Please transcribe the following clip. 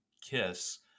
kiss